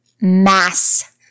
mass